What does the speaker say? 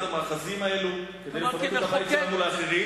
המאחזים האלה כדי לפנות את הבית שלנו לאחרים.